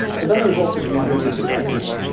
but then there's also users in between,